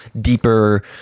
deeper